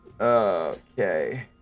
Okay